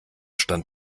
stand